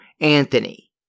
Anthony